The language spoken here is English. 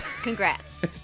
Congrats